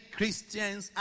Christians